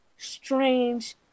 strange